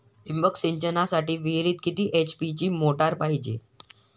ठिबक सिंचनासाठी विहिरीत किती एच.पी ची मोटार पायजे?